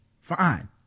fine